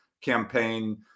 campaign